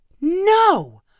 No